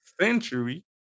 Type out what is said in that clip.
century